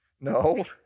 No